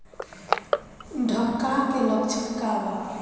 डकहा के लक्षण का वा?